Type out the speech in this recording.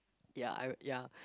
ya I y~ ya